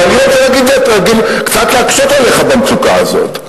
אבל אני רוצה קצת להקשות עליך במצוקה הזאת.